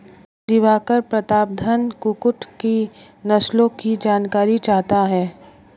दिवाकर प्रतापधन कुक्कुट की नस्लों की जानकारी चाहता है